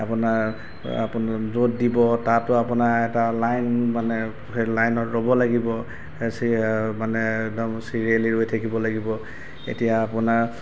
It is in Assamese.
আপোনাৰ আপোন য'ত দিব তাতো আপোনাৰ এটা লাইন মানে লাইনত ৰ'ব লাগিব হেচি মানে একদম চিৰিয়েলি ৰৈ থাকিব লাগিব এতিয়া আপোনাৰ